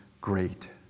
great